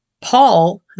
Paul